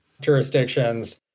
jurisdictions